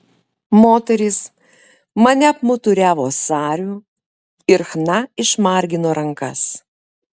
moterys mane apmuturiavo sariu ir chna išmargino rankas